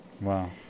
Wow